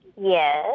Yes